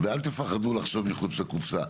ואל תפחדו לחשוב מחוץ לקופסה.